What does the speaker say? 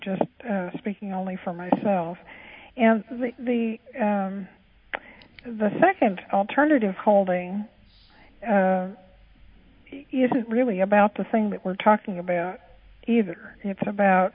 just speaking only for myself and the the second alternative holding is it really about the thing that we're talking about either it's about